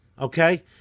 okay